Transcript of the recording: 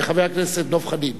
וחבר הכנסת דב חנין.